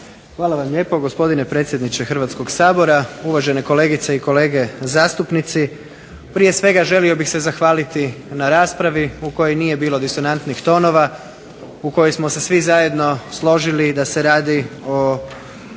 Hvala vam lijepo gospodine predsjedniče Hrvatskog sabora, uvažene kolegice i kolege zastupnici. Prije svega želio bih se zahvaliti na raspravi u kojoj nije bilo disonantnih tonova, u kojoj smo se svi zajedno složili da se radi o